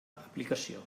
aplicació